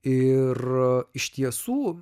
ir iš tiesų